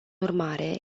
urmare